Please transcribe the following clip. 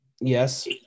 Yes